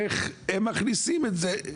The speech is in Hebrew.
איך הם מכניסים את זה,